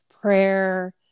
prayer